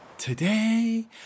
Today